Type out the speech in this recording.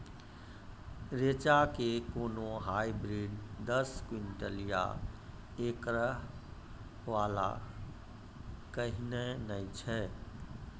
रेचा के कोनो हाइब्रिड दस क्विंटल या एकरऽ वाला कहिने नैय छै?